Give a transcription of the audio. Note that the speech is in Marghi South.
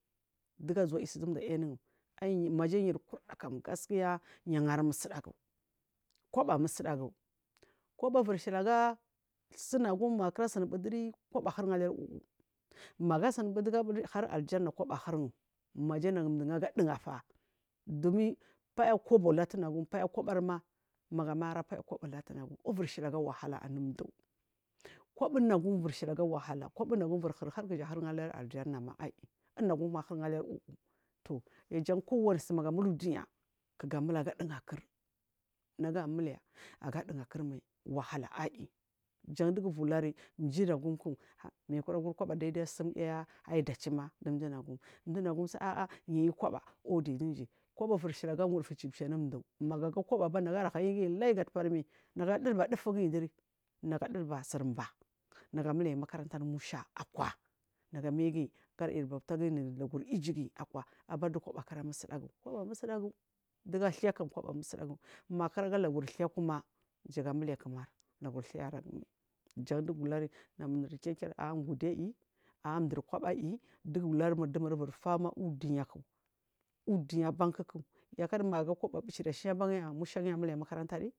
Diya zuwa yusu ndu mdu yu anun anyi maja yuri kurda kam gaskiya sukuya yu agari musdagu koba musdagu koba ivuri shili aga sunagum magu kura suni buduri aja huri aliyar wuwu magu asun bu har aljana nduja hurungu maja nagu mdugu aga dugala dumin paya kobo latuna paya kobari ma magu maira paya kobo latunagum irur shili aga wahala anu mdunagum kobo nagum iviri shili aga wahala kobo ivuri hurun har ali aljanna ma aiyi unagum ahurun aliri wuwu th jan kowari suku magu miliya uduniya kugu aimil aga kur nagu aiyi miliya aga nduga kur mai wahala ayi jan dugu ivuri lari mjinagum ku mi kuda guri koba daidai sumgaiya aidachima ndu mdunagum mdunagum su ah ah niyu koba wodi ndu mjir koba wuya iviri shili aga wudufu chipchi anu mdu magu aga kobo ban nagu ala hayiguyi layi galubami ga dulba dufuguyi duri nagu adulba suri mba nagu aimiliya makaranta anu musha akwa nagu amaiguyi gula yiri bauta guyi lagu igu guyi abardu koba kura munagura koba musdafu dugu athuya kam koba musdagu magu kudaga laguri thai kuma jagamiliya kumar lagur thal aragumai jan dugu uliri namur mdu kinkir ah gudi aiyi ah mdur koba aiyi dugu uliyamur ivuri fama ku uduniya ku udumya banku ku ya magu aga kobo mbechiri ashina banya musha guyi aiy muliya makaranta di.